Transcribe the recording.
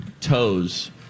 toes